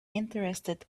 interested